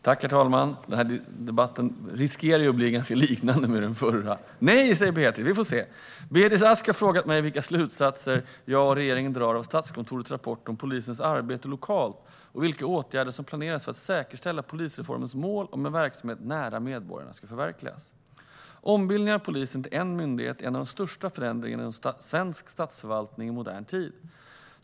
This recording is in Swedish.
Herr talman! Den här debatten riskerar att bli ganska lik den förra. Nej, säger Beatrice! Vi får se. Beatrice Ask har frågat mig vilka slutsatser jag och regeringen drar av Statskontorets rapport om polisens arbete lokalt och vilka åtgärder som planeras för att säkerställa att polisreformens mål om en verksamhet nära medborgarna ska förverkligas. Ombildningen av polisen till en myndighet är en av de största förändringarna inom svensk statsförvaltning i modern tid.